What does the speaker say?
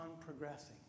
progressing